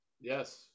yes